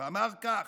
ואמר כך: